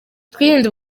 twirinde